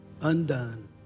undone